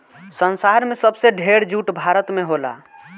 संसार में सबसे ढेर जूट भारत में होला